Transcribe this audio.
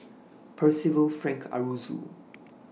Percival Frank Aroozoo